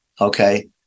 okay